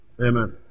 Amen